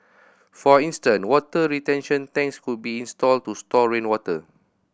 for instant water retention tanks could be installed to store rainwater